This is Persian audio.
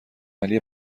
علی